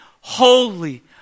holy